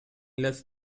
less